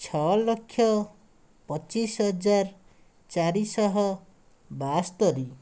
ଛଅଲକ୍ଷ ପଚିଶହଜାର ଚାରିଶହ ବାସ୍ତୋରୀ